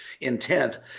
intent